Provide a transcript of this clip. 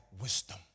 wisdom